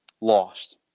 lost